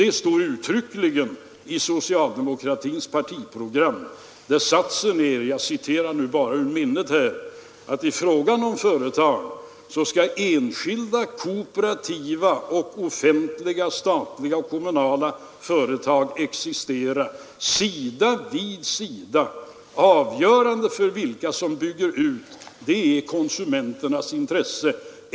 Det står uttryckligen formulerat i socialdemokratins partiprogram, där satsen lyder, om jag citerar ur minnet, att enskilda, kooperativa och offentliga, statliga och kommunala, företag skall existera sida vid sida. Avgörande för vilka som bygger ut är konsumenternas intresse.